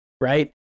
right